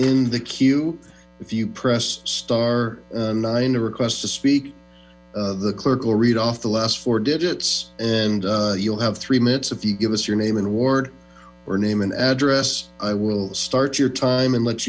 in the queue if you press star nine to request to speak with the clerk will read off the last four digits and you'll have three minutes if you give us your name in ward or name and address i will start your time and let